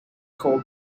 called